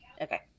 Okay